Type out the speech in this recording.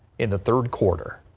in the third quarter.